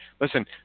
Listen